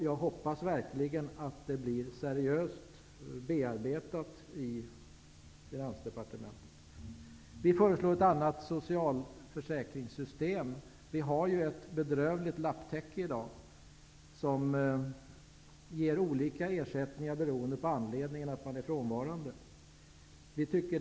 Jag hoppas verkligen att detta förslag blir seriöst bearbetat i Finansdepartementet. Vi föreslår ett annat socialförsäkringssystem. Vi har ju i dag ett bedrövligt lapptäcke. Man får olika ersättningar beroende på varför man är frånvarande från sitt arbete.